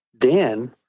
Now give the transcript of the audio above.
Dan